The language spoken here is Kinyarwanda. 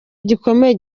gikomeye